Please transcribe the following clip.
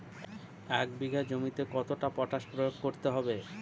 এক বিঘে জমিতে কতটা পটাশ প্রয়োগ করতে হবে?